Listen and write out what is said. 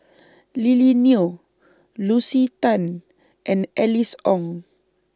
Lily Neo Lucy Tan and Alice Ong